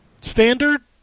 Standard